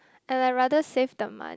and I rather save the money